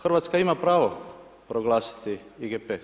Hrvatska ima pravo proglasiti IGP.